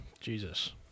Jesus